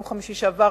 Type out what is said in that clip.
ביום חמישי שעבר,